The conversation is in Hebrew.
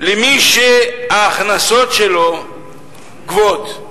מי שההכנסות שלו גבוהות.